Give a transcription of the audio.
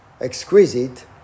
Exquisite